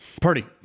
Purdy